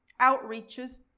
outreaches